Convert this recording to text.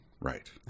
Right